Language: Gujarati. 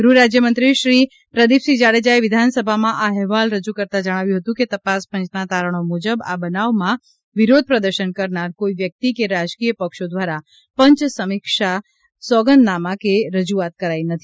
ગૃહ રાજ્યમંત્રી શ્રી પ્રદિપસિંહ જાડેજાએ વિધાનસભામાં આ અહેવાલ રજુ કરતાં જણાવ્યું હતું કે તપાસ પંચના તારણો મુજબ આ બનાવમાં વિરોધ પ્રદર્શન કરનાર કોઇ વ્યક્તિ કે રાજકીય પક્ષો દ્વારા પંચ સમીક્ષા સોગંદનામા કે રજૂઆત કરાઇ નથી